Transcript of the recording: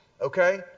okay